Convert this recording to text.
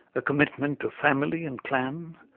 a commitment to family and clan,